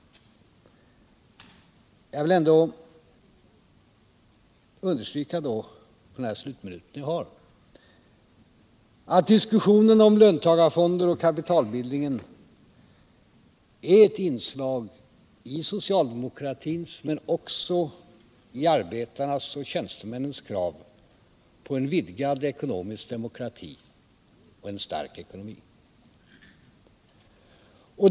Men jag vill ändå under min sista minut här understryka att diskussionen om löntagarfonder och om kapitalbildningen är ett inslag i socialdemokratins liksom i arbetarnas och tjänstemännens krav på en vidgad ekonomisk demokrati och en stark ckonomi.